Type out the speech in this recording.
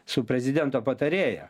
su prezidento patarėja